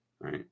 right